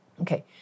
Okay